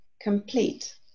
complete